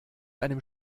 einem